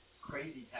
Crazy